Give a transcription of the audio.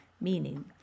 meaning